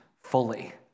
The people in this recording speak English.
fully